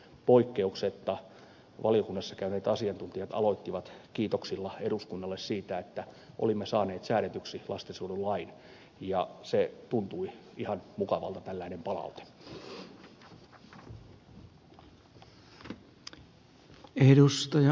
poikkeuksetta valiokunnassa käyneet asiantuntijat aloittivat kiitoksilla eduskunnalle siitä että olimme saaneet säädetyksi lastensuojelulain ja se tuntui ihan mukavalta tällainen palaute